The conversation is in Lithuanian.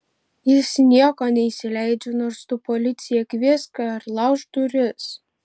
jis nieko neįsileidžia nors tu policiją kviesk ar laužk duris